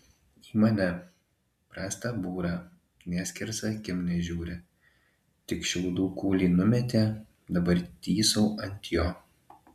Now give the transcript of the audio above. į mane prastą būrą nė skersa akim nežiūri tik šiaudų kūlį numetė dabar tysau ant jo